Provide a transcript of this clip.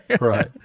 Right